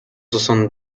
soixante